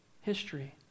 history